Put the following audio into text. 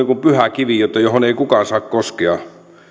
kuin pyhä kivi johon ei kukaan saa koskea